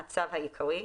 הצו העיקרי),